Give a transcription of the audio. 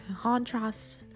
contrast